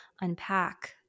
unpack